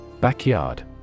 Backyard